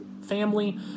family